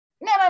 no